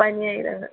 പനിയായത്